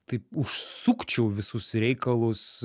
taip užsukčiau visus reikalus